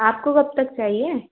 आपको कब तक चाहिए